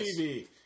TV